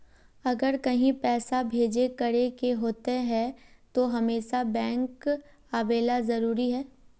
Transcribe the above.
अगर कहीं पैसा भेजे करे के होते है तो हमेशा बैंक आबेले जरूरी है?